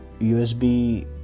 USB